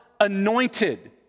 anointed